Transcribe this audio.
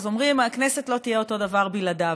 אז אומרים שהכנסת לא תהיה אותו הדבר בלעדיו.